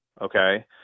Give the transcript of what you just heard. Okay